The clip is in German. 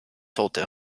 tote